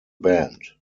band